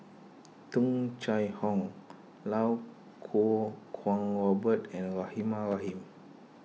Tung Chye Hong Lau Kuo Kwong Robert and Rahimah Rahim